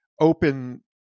open